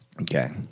Okay